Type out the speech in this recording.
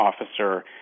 officer